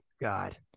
God